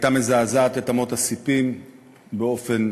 שהייתה מזעזעת את אמות הספים באופן